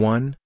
One